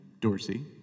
Dorsey